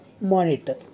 monitor